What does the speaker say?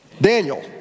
Daniel